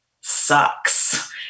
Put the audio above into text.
sucks